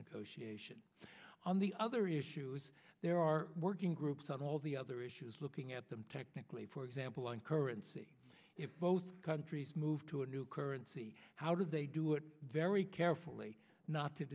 negotiation on the other issues there are working groups on all the other issues looking at them technically for example on currency if both countries move to a new currency how do they do it very carefully not to